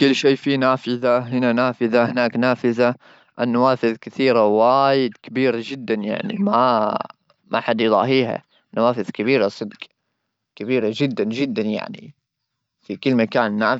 كل شيء فينا فينا نافذه ,هناك نافذه النوافذ الكثيره ,وايد كبيره جدا يعني ما ما حد يضاهيها نوافذ كبيره صدق كبيره جدا جدا يعني في كل مكان.